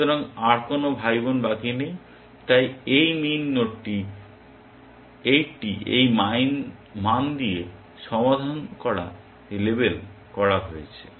সুতরাং আর কোন ভাইবোন বাকি নেই তাই এই মিন নোডটি 80 এই মান দিয়ে সমাধান করা লেবেল করা হয়েছে